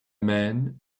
man